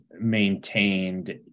maintained